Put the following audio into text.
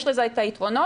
יש לזה את היתרונות,